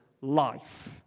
life